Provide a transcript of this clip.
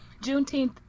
Juneteenth